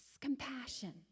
compassion